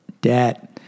Debt